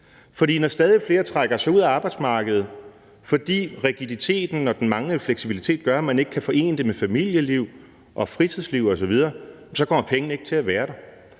når stadig flere trækker sig ud af arbejdsmarkedet, fordi rigiditeten og den manglende fleksibilitet gør, at man ikke kan forene det med familieliv og fritidsliv osv., så kommer pengene ikke til at være der.